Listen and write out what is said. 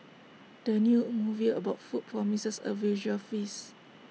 the new movie about food promises A visual feast